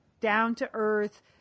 down-to-earth